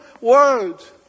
words